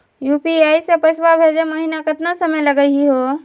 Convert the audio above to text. UPI स पैसवा भेजै महिना केतना समय लगही हो?